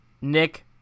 Nick